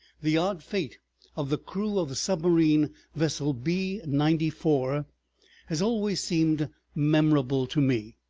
the odd fate of the crew of the submarine vessel b ninety four has always seemed memorable to me.